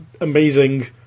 amazing